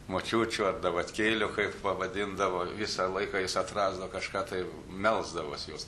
močiučių ar davatkėlių kaip pavadindavo visą laiką jis atrasdavo kažką tai melsdavos jos